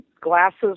glasses